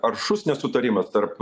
aršus nesutarimas tarp